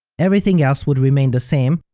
everything else would remain the same,